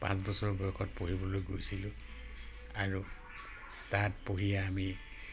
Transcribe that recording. পাঁচ বছৰৰ বয়সত পঢ়িবলৈ গৈছিলোঁ আৰু তাত পঢ়ি আমি